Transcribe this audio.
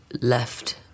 left